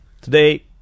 Today